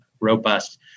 robust